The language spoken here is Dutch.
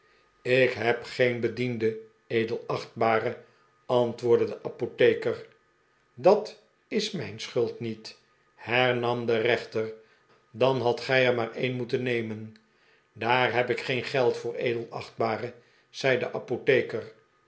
ik hob geen bediende edelachtbare antwoordde de apotheker dat is mijn schuld niet her nam de rechter dan hadt gij or maar een moeten nemen daar heb ik geen geld voor edelachtbare zei de apotheker